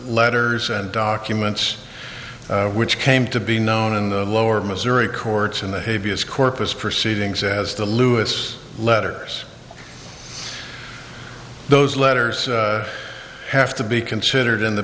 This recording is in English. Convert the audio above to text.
letters and documents which came to be known in the lower missouri courts in the havey as corpus proceedings as the lewis letters those letters have to be considered in the